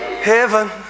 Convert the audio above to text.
heaven